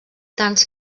tants